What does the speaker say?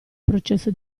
processo